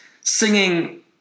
singing